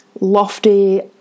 lofty